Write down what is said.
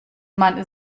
man